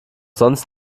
sonst